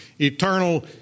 eternal